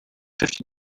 fifty